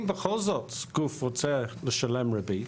אם בכל זאת גוף רוצה לשלם ריבית,